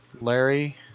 Larry